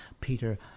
Peter